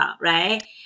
right